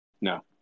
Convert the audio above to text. No